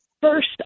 first